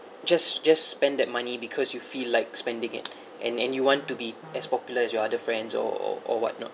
just just spend that money because you feel like spending it and and you want to be as popular as your other friends or or what not